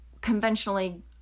conventionally